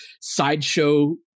sideshow